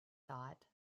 thought